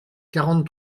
quarante